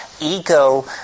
Ego